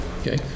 Okay